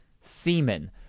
semen